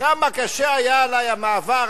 כמה קשה היה עלי המעבר,